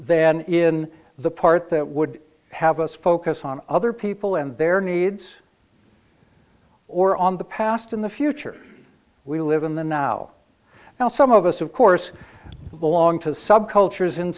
then in the part that would have us focus on other people and their needs or on the past in the future we live in the now now some of us of course belong to subcultures in